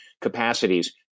capacities